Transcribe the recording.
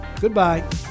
Goodbye